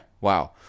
Wow